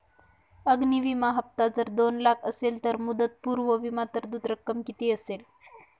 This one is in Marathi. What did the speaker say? अग्नि विमा हफ्ता जर दोन लाख असेल तर मुदतपूर्व विमा तरतूद रक्कम किती असेल?